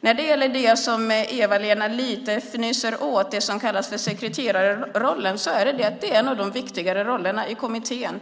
Det som Eva-Lena fnyser lite åt - det som kallas för sekreterarrollen - är en av de viktigare rollerna i kommittéerna.